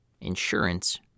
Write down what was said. insurance